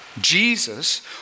Jesus